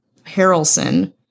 Harrelson